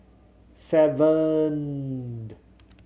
seven the